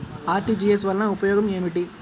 RTGS వలన ఉపయోగం ఏమిటీ?